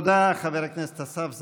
תודה, חבר הכנסת אסף זמיר.